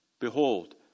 Behold